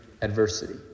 adversity